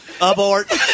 Abort